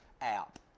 app